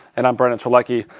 and i'm brandon terlecky.